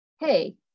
hey